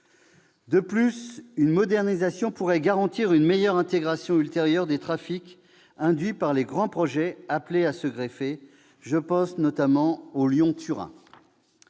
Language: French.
De plus, une modernisation pourrait garantir une meilleure intégration ultérieure des trafics induits par les grands projets appelés à se greffer ; je pense notamment à la liaison Lyon-Turin.